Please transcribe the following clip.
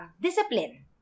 Discipline